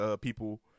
people